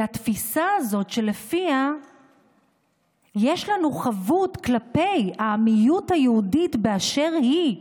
והתפיסה הזאת שלפיה יש לנו חבות כלפי המיעוט היהודי באשר הוא,